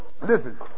Listen